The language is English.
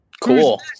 Cool